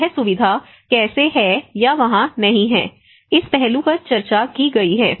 यह सुविधा कैसे है या वहां नहीं है इस पहलू पर चर्चा की गई है